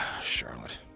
Charlotte